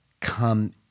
come